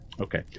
okay